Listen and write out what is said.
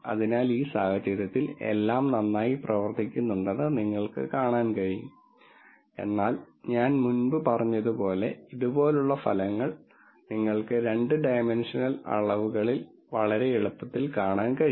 അതിനാൽ ഈ സാഹചര്യത്തിൽ എല്ലാം നന്നായി പ്രവർത്തിക്കുന്നുണ്ടെന്ന് നിങ്ങൾക്ക് കാണാൻ കഴിയും എന്നാൽ ഞാൻ മുമ്പ് പറഞ്ഞതുപോലെ ഇതുപോലുള്ള ഫലങ്ങൾ നിങ്ങൾക്ക് 2 ഡൈമെൻഷണൽ അളവുകളിൽ വളരെ എളുപ്പത്തിൽ കാണാൻ കഴിയും